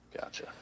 Gotcha